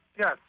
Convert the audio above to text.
Yes